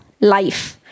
life